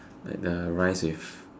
like the rice with